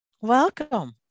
Welcome